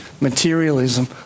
materialism